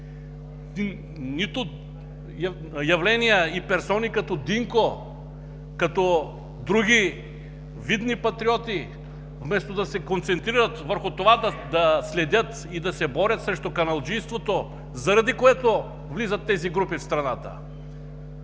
нито явления и персони като Динко, като други видни патриоти, вместо да се концентрират върху това да следят и да се борят срещу каналджийството, заради което влизат тези групи в страната.